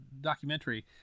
documentary